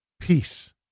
peace